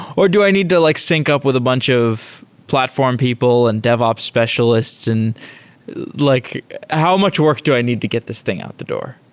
do i need to like sync up with a bunch of platform people and devsps specialists? and like how much work do i need to get this thing out the door?